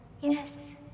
Yes